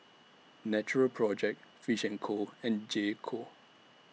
Natural Project Fish and Co and J Co